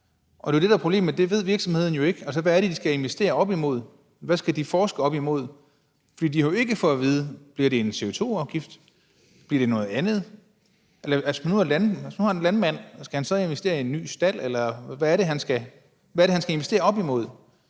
Det er jo det, der er problemet. Det ved virksomheden jo ikke, altså hvad det er, de skal investere op imod. Hvad skal de forske op imod? For de har jo ikke fået at vide, om det bliver en CO2-afgift, eller om det bliver noget andet. Hvis vi nu tager en landmand, skal han så investere i en ny stald, eller hvad er det, han skal investere op imod?